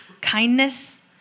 kindness